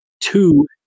two